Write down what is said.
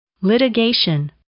Litigation